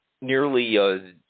nearly